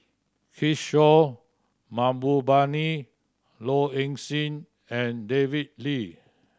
Kishore Mahbubani Low Ing Sing and David Lee